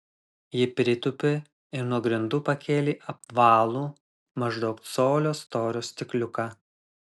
ji pritūpė ir nuo grindų pakėlė apvalų maždaug colio storio stikliuką